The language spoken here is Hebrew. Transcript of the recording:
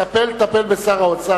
טפל בשר האוצר,